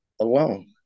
alone